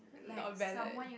not valid